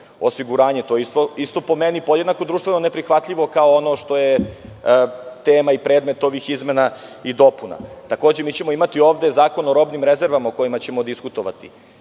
je isto, po meni, podjednako društveno neprihvatljivo, kao ono što je tema i predmet ovih izmena i dopuna. Takođe, mi ćemo ovde imati Zakon o robnim rezervama, o kojem ćemo diskutovati.